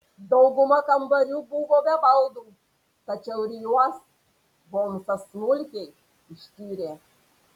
dauguma kambarių buvo be baldų tačiau ir juos holmsas smulkiai ištyrė